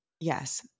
Yes